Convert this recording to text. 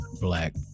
black